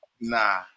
Nah